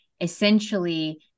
essentially